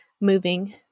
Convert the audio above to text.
moving